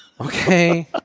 Okay